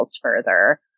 further